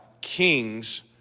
kings